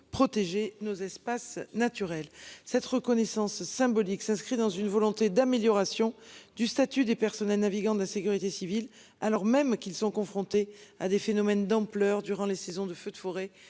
protéger nos espaces naturels. Cette reconnaissance symbolique s'inscrit dans une volonté d'amélioration du statut des personnels navigants de la sécurité civile alors même qu'ils sont confrontés à des phénomènes d'ampleur durant les saisons de feux de forêt